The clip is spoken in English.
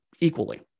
equally